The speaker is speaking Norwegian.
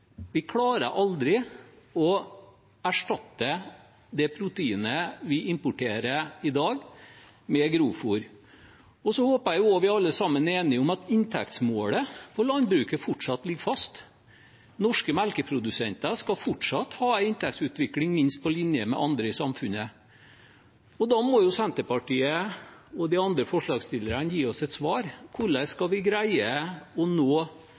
Vi klarer aldri å erstatte det proteinet vi importerer i dag, med grovfôr. Jeg håper vi alle sammen er enige om at inntektsmålet for landbruket fortsatt ligger fast. Norske melkeprodusenter skal fortsatt ha en inntektsutvikling minst på linje med andre i samfunnet. Da må Senterpartiet og de andre forslagsstillerne gi oss et svar på hvordan vi skal greie å nå